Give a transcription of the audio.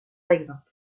exemple